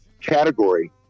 category